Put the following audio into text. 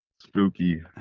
Spooky